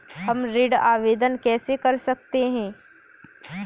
हम ऋण आवेदन कैसे कर सकते हैं?